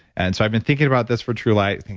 and so, i've been thinking about this for truelight,